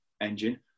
engine